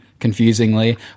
confusingly